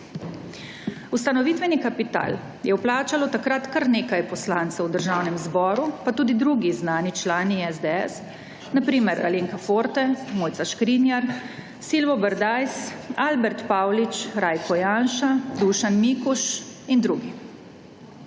Ustanovitveni kapital je vplačalo takrat kar nekaj poslancev v Državnem zboru, pa tudi drugi znani člani SDS, na primer, Alenka Forte, Mojca Škrinjar, Silvo Berdajs, Albert Pavlič, Rajko Janša, Dušan Mikuš in drugi.